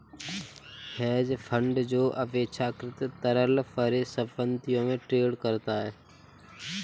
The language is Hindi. हेज फंड जो अपेक्षाकृत तरल परिसंपत्तियों में ट्रेड करता है